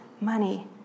money